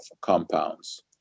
compounds